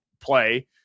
play